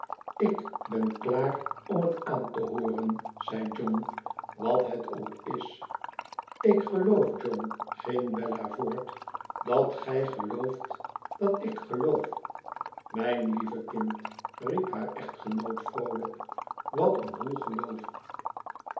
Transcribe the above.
ib ben klaar om het aan te hooren zei john wat het ook is lik geloof john ging bella voort dat gij gelooft dat ik geloof mijn lieve kind riep haar echtgenoot vroolijk wat een boel geloof